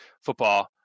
football